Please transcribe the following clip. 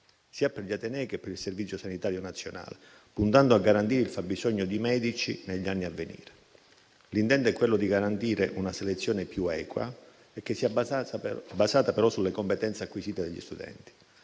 sia per gli atenei che per il Servizio sanitario nazionale, puntando a garantire il fabbisogno di medici negli anni a venire. L'intento è quello di garantire una selezione più equa, che sia basata però sulle competenze acquisite dagli studenti.